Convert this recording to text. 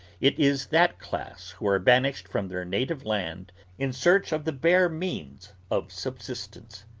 it is that class who are banished from their native land in search of the bare means of subsistence.